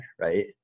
right